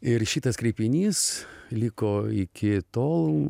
ir šitas kreipinys liko iki tol